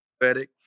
prophetic